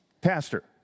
pastor